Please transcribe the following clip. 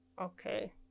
Okay